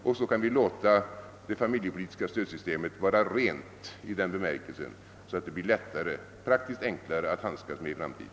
Därmed kan vi låta det familjepolitiska stödsystemet vara rent i den bemärkelsen, så att det blir praktiskt enklare att handskas med i framtiden.